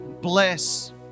Bless